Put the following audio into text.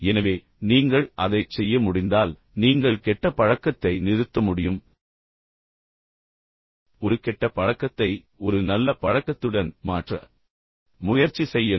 எனவே நீங்கள் அதைச் செய்ய முடிந்தால் நீங்கள் கெட்ட பழக்கத்தை நிறுத்த முடியும் மற்றொரு விஷயம் என்னவென்றால் ஒரு கெட்ட பழக்கத்தை ஒரு நல்ல பழக்கத்துடன் மாற்ற முயற்சி செய்யுங்கள்